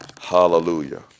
Hallelujah